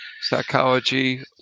psychology